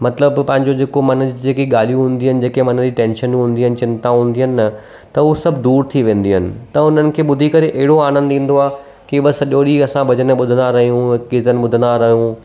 मतिलबु पंहिंजो जेको मन जी जेकी ॻाल्हियूं हूंदियूं आहिनि जेके मन जी टेंशन हूंदी आहे चिंता हूंदी आहिनि त हू सभु दूर थी वेंदी आहिनि त उन्हनि खे ॿुधी करे एॾो आनंद ईंदो आहे की बसि सॼो ॾींहुं असां भॼनु ॿुधंदा रहूं कीर्तन ॿुधंदा रहूं